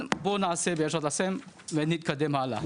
בואו נעשה תיקון ונתקדם האלה.